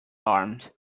armed